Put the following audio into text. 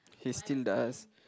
he still does